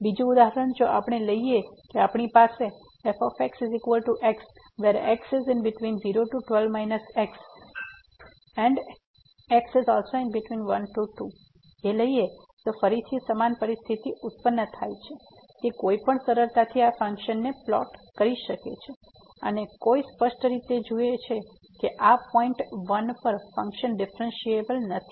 બીજુ ઉદાહરણ જો આપણે લઈએ કે આપણી પાસે fxx 0≤x≤1 2 x 1x≤2 તેથી ફરીથી સમાન સ્થિતિ ઉત્પન થાય છે કે કોઈ પણ સરળતાથી આ ફંક્શનને ફ્લોટ કરી શકે છે અને કોઈ સ્પષ્ટ રીતે જુએ છે કે આ પોઈન્ટ 1 પર ફંક્શન ડિફ્રેન્સિએબલ નથી